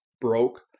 broke